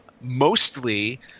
mostly